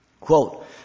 Quote